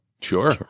sure